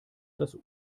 das